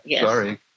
sorry